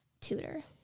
tutor